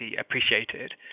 appreciated